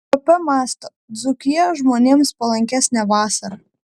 pp mąsto dzūkija žmonėms palankesnė vasarą